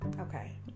Okay